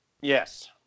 Yes